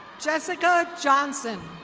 jessica johnson.